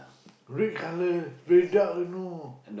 red colour very dark you know